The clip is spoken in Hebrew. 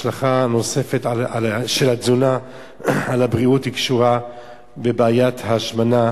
השלכה נוספת של התזונה על הבריאות קשורה בבעיית ההשמנה,